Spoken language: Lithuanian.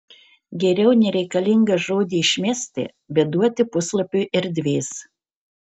geriau nereikalingą žodį išmesti bet duoti puslapiui erdvės